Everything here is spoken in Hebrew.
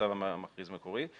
הצו המכריז המקורי,